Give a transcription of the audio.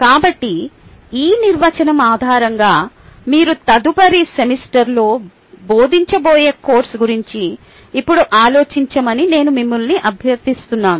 కాబట్టి ఈ నిర్వచనం ఆధారంగా మీరు తదుపరి సెమిస్టర్లో బోధించబోయే కోర్సు గురించి ఇప్పుడు ఆలోచించమని నేను మిమ్మల్ని అభ్యర్థిస్తున్నాను